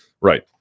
Right